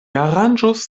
aranĝos